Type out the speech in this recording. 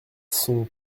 sont